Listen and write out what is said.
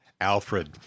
Alfred